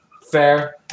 Fair